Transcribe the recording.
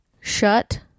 Shut